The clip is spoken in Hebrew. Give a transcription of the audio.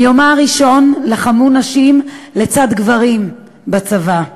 מיומה הראשון לחמו נשים לצד גברים בצבא,